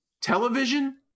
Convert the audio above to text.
television